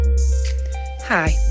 hi